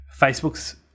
Facebook's